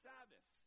Sabbath